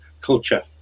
culture